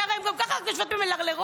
כי הן גם ככה רק יושבות ומלרלרות,